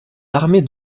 l’armée